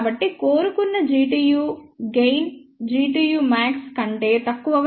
కాబట్టి కోరుకున్న Gtu gain Gtumax కంటే తక్కువగా ఉండాలి